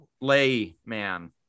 layman